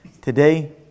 Today